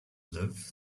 live